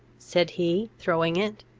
said he, throwing it.